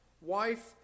wife